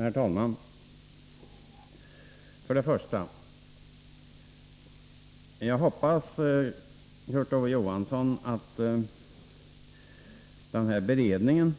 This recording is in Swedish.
Herr talman! För det första hoppas jag, Kurt Ove Johansson, att den här beredningen